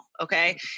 okay